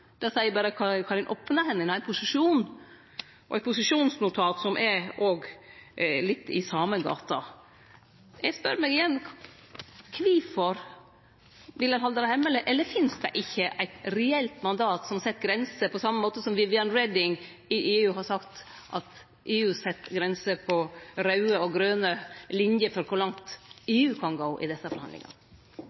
seier berre noko om opningstilbod og posisjon og eit posisjonsnotat som er litt i same gate. Eg spør meg igjen: Kvifor vil ein halde det hemmeleg? Eller finst det ikkje eit reelt mandat som set grenser, på same måte som Viviane Reding i EU har sagt at EU set grenser med raude og grøne linjer for kor langt EU kan gå i desse forhandlingane?